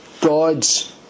God's